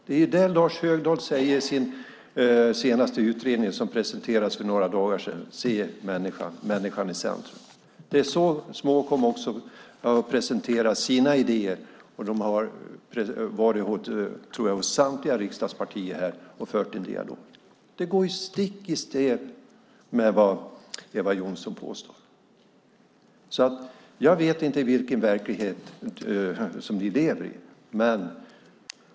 Det är det Lars Högdahl skriver i sin senaste utredning som presenterades för några dagar sedan: Se människan - människan i centrum. Man har presenterat sina idéer och varit hos samtliga riksdagspartier och fört dialoger, tror jag. Det går stick i stäv med vad Eva Johnsson påstår. Jag vet inte vilken verklighet ni lever i.